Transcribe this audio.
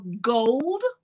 gold